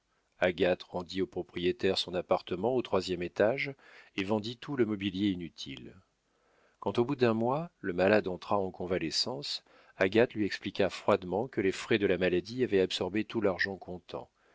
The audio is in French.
agathe rendit au propriétaire son appartement au troisième étage et vendit tout le mobilier inutile quand au bout d'un mois le malade entra en convalescence agathe lui expliqua froidement que les frais de la maladie avaient absorbé tout l'argent comptant